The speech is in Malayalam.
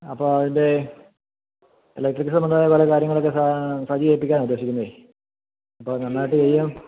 അപ്പോൾ അതിൻ്റെ ഇലക്ട്രിക്സ് അങ്ങനെ പല കാര്യങ്ങൾ ഒക്കെ സജിയെ ഏൽപ്പിക്കാനാണ് ഉദ്ദേശിക്കുന്നത് അപ്പോൾ നന്നായിട്ട് ചെയ്യാൻ